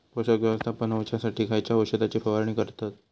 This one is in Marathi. पोषक व्यवस्थापन होऊच्यासाठी खयच्या औषधाची फवारणी करतत?